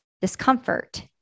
discomfort